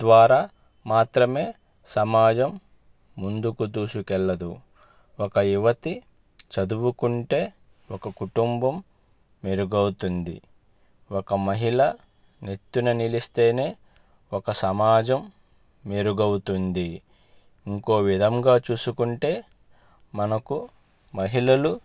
ద్వారా మాత్రమే సమాజం ముందుకు దూసుకెళ్ళదు ఒక యువతి చదువుకుంటే ఒక కుటుంబం మెరుగవుతుంది ఒక మహిళ ఎత్తున నిలిస్తేనే ఒక సమాజం మెరుగవుతుంది ఇంకొక విధంగా చూసుకుంటే మనకు మహిళలు